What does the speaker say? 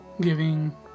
Giving